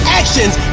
actions